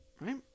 right